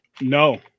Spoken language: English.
No